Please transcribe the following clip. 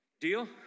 Deal